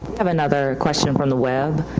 have another question from the web.